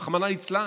רחמנא ליצלן,